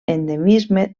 endemisme